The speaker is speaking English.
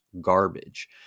garbage